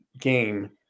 game